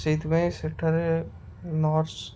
ସେଥିପାଇଁ ସେଠାରେ ନର୍ସ